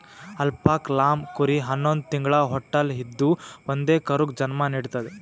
alpaca llama ಕುರಿ ಹನ್ನೊಂದ್ ತಿಂಗ್ಳ ಹೊಟ್ಟಲ್ ಇದ್ದೂ ಒಂದೇ ಕರುಗ್ ಜನ್ಮಾ ನಿಡ್ತದ್